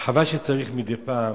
שחבל שצריך מדי פעם